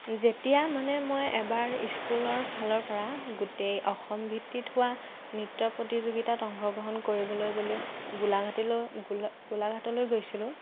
যেতিয়া মানে মই এবাৰ স্কুলৰ ফালৰ পৰা গোটেই অসম ভিত্তিত হোৱা নৃত্য প্ৰতিযোগিতাত অংশগ্ৰহণ কৰিবলৈ বুলি গোলাঘাটিলৈ গোলা গোলাঘাটলৈ গৈছিলোঁ